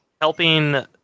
helping